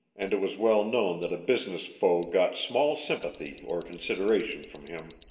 and it was well known that a business foe got small sympathy or consideration from him.